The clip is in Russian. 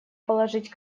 положить